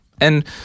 and-